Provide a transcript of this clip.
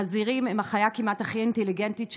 חזירים הם החיה כמעט הכי אינטליגנטית שיש,